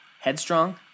headstrong